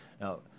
Now